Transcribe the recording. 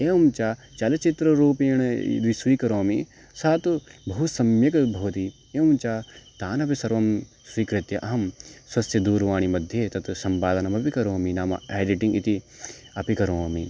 एवञ्च चलचित्ररूपेण यदि स्वीकरोमि सा तु बहु सम्यक् भवति एवञ्च तानपि सर्वं स्वीकृत्य अहं स्वस्य दूरवाणीमध्ये तत् सम्पादनमपि करोमि नाम एडिटिंग् इति अपि करोमि